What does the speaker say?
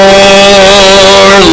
More